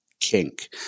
kink